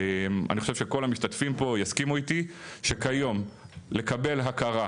אני חושב שכל המשתתפים פה יסכימו איתי שכיום לקבל הכרה